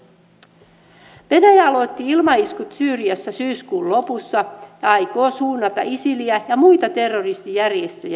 venäjä aloitti ilmaiskut syyriassa syyskuun lopussa ja aikoo suunnata isiliä ja muita terroristijärjestöjä vastaan